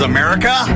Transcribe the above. America